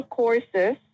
courses